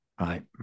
Right